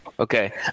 Okay